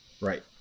right